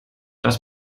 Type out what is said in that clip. das